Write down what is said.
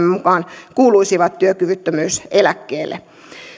mukaan kuuluisivat työkyvyttömyyseläkkeelle